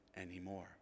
anymore